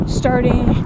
starting